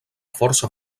força